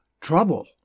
Trouble